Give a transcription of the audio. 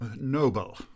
Noble